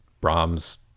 Brahms